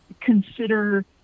consider